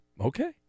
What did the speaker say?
Okay